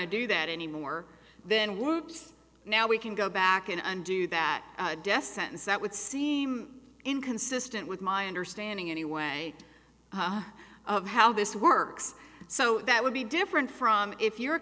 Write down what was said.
to do that anymore then whoops now we can go back and undo that death sentence that would seem inconsistent with my understanding anyway of how this works so that would be different from if you're